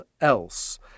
else